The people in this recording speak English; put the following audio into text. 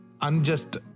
unjust